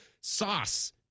sauce